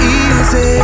easy